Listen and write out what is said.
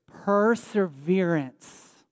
Perseverance